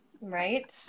right